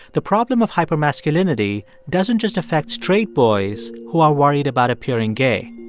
the problem of hypermasculinity doesn't just affect straight boys who are worried about appearing gay.